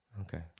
Okay